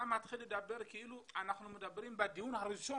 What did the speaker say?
אתה מתחיל לדבר כאילו אנחנו מדברים בדיון הראשון.